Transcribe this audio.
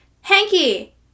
Hanky